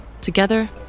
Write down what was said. Together